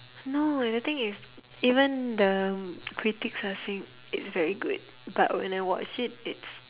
no the thing is even the critics are saying it's very good but when I watch it it's